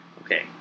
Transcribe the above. Okay